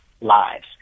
lives